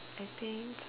I think